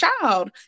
child